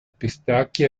pistacchi